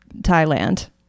Thailand